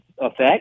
effect